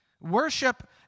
Worship